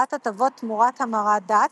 קבלת הטבות תמורת המרת דת,